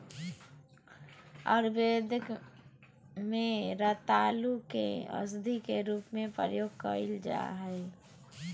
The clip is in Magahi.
आयुर्वेद में रतालू के औषधी के रूप में प्रयोग कइल जा हइ